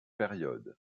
périodes